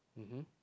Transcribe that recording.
mmhmm